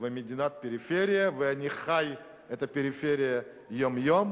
ומדינת פריפריה, ואני חי את הפריפריה יום-יום.